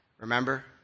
Remember